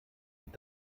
wird